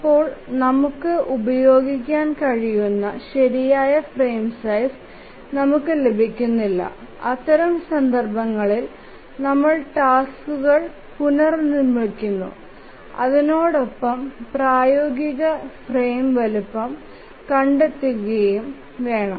ചിലപ്പോൾ നമുക്ക് ഉപയോഗിക്കാൻ കഴിയുന്ന ശരിയായ ഫ്രെയിം സൈസ് നമുക്ക് ലഭിക്കുന്നില്ല അത്തരം സന്ദർഭങ്ങളിൽ നമ്മൾ ടാസ്ക്കുകൾ പുനർനിർമിക്കുന്നു അതിന്ടെ ഒപ്പം പ്രായോഗിക ഫ്രെയിം വലുപ്പം കണ്ടെത്തുകയും വേണം